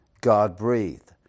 God-breathed